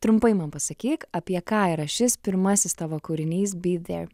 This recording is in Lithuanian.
trumpai man pasakyk apie ką yra šis pirmasis tavo kūrinys be there